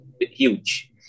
huge